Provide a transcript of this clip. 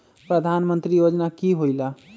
प्रधान मंत्री योजना कि होईला?